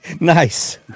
Nice